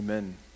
Amen